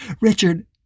Richard